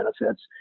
benefits